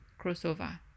Crossover